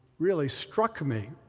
really struck me.